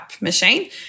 machine